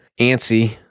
antsy